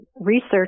research